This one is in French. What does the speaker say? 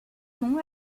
nom